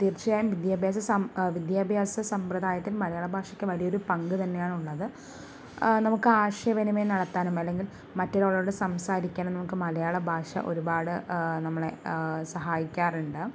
തീർച്ചയായും വിദ്യാഭ്യാസ വിദ്യാഭ്യാസ സമ്പ്രദായത്തിൽ മലയാള ഭാഷയ്ക്ക് വലിയൊരു പങ്ക് തന്നെയാണ് ഉള്ളത് നമുക്ക് ആശയ വിനിമയം നടത്താനും അല്ലെങ്കിൽ മറ്റുള്ളവരോട് സംസാരിക്കാനും നമുക്ക് മലയാള ഭാഷ ഒരുപാട് നമ്മളെ സഹായിക്കാറുണ്ട്